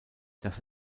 dass